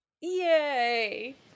Yay